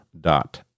dot